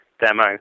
demo